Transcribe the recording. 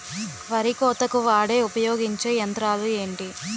వరి కోతకు వాడే ఉపయోగించే యంత్రాలు ఏంటి?